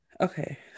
Okay